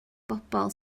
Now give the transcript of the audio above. bobl